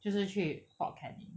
就是去 fort canning